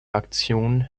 aktion